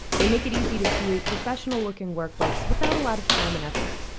they make it easy to create professional-looking workbooks without a lot of time and effort.